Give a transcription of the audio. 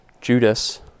Judas